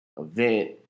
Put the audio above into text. event